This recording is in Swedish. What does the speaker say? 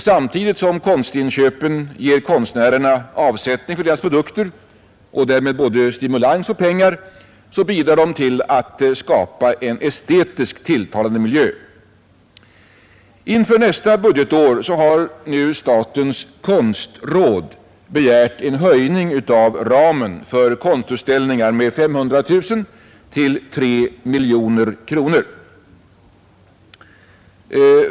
Samtidigt som konstinköpen ger konstnärerna avsättning för deras produkter och därmed både stimulans och pengar bidrar de till att skapa estetiskt tilltalande miljöer. Inför nästa budgetår har nu statens konstråd begärt en höjning av ramen för konstbeställningar med 500 000 kronor till 3 miljoner kronor.